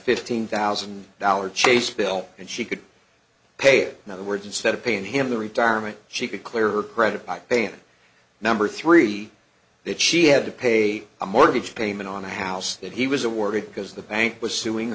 fifteen thousand dollars chase bill and she could pay it in other words instead of paying him the retirement she could clear her credit by paying it number three that she had to pay a mortgage payment on a house that he was awarded because the bank was suing